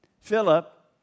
Philip